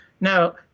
Now